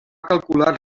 calcular